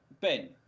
Ben